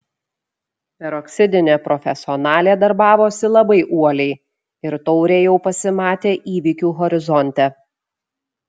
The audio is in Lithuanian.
peroksidinė profesionalė darbavosi labai uoliai ir taurė jau pasimatė įvykių horizonte